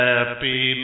Happy